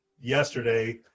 yesterday